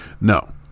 No